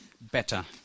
better